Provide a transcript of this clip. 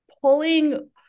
pulling